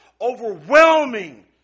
overwhelming